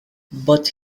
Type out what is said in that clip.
but